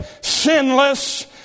sinless